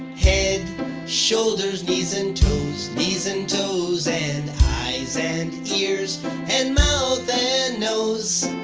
head shoulders knees and toes, knees and toes. and eyes and ears and mouth and nose.